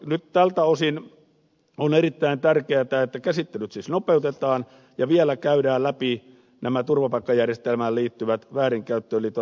nyt tältä osin on erittäin tärkeätä että käsittelyt siis nopeutetaan ja vielä käydään läpi nämä turvapaikkajärjestelmän väärinkäyttöön liittyvät mahdollisuudet